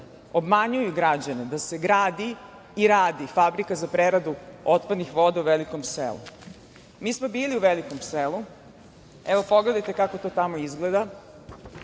obmanjuju građane da se gradi i radi Fabrika za preradu otpadnih voda u Velikom Selu. Mi smo bili u Velikom Selu, evo, pogledajte kako to tamo izgleda.